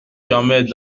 jamais